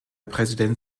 präsident